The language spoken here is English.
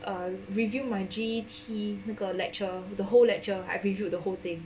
err review my G_T 那个 lecture the whole lecture I review the whole thing